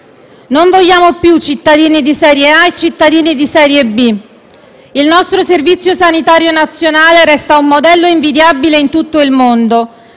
Non vogliamo più cittadini di serie A e cittadini di serie B. Il nostro Servizio sanitario nazionale resta un modello invidiabile in tutto il mondo.